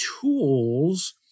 tools